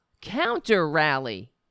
counter-rally